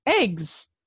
eggs